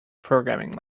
programming